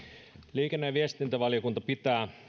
liikenne ja viestintävaliokunta pitää